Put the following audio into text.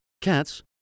cats